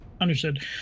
understood